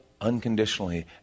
unconditionally